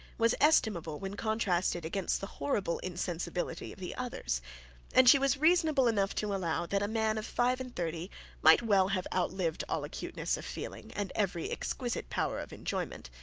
was estimable when contrasted against the horrible insensibility of the others and she was reasonable enough to allow that a man of five and thirty might well have outlived all acuteness of feeling and every exquisite power of enjoyment.